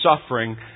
suffering